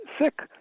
sick